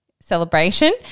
celebration